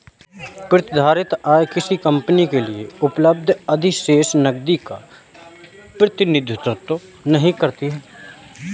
प्रतिधारित आय किसी कंपनी के लिए उपलब्ध अधिशेष नकदी का प्रतिनिधित्व नहीं करती है